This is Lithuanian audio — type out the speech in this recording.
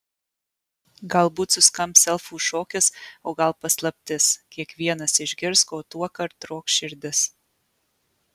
galbūt suskambs elfų šokis o gal paslaptis kiekvienas išgirs ko tuokart trokš širdis